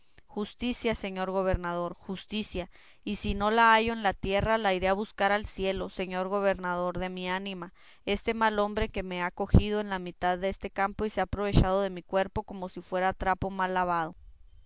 justicia señor gobernador justicia y si no la hallo en la tierra la iré a buscar al cielo señor gobernador de mi ánima este mal hombre me ha cogido en la mitad dese campo y se ha aprovechado de mi cuerpo como si fuera trapo mal lavado